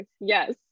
Yes